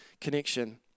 connection